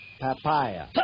Papaya